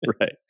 Right